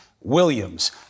Williams